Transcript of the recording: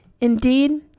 Indeed